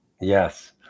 Yes